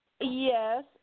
Yes